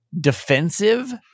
defensive